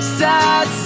sad